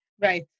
Right